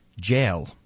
jail